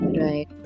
right